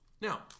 Now